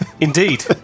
Indeed